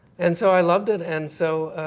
and so i loved it, and so